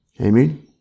Amen